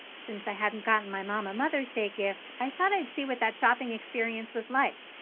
since i hadn't gotten my mom a mother's day gift, i thought i'd see what that shopping experience was like.